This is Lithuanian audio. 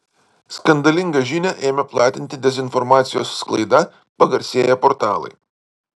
skandalingą žinią ėmė platinti dezinformacijos sklaida pagarsėję portalai